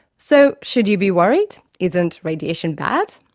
so, should you be worried? isn't radiation bad?